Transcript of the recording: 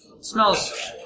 Smells